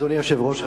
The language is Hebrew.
אדוני היושב-ראש,